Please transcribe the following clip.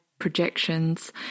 projections